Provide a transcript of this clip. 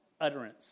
utterance